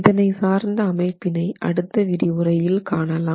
இதனை சார்ந்த அமைப்பினை அடுத்த விரிவுரையில் காணலாம்